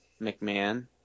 McMahon